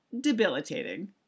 debilitating